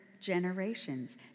generations